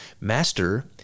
master